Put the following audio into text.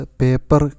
paper